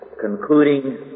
concluding